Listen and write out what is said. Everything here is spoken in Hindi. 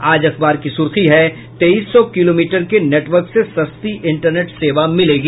आज अखबार की सुर्खी है तेईस सौ किलोमीटर के नेटवर्क से सस्ती इंटरनेट सेवा मिलेगी